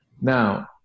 Now